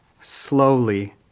slowly